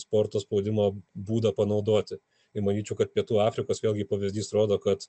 sporto spaudimo būdą panaudoti ir manyčiau kad pietų afrikos vėlgi pavyzdys rodo kad